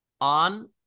on